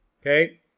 Okay